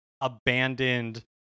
abandoned